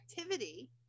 activity